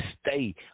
stay